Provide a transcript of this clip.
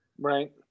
Right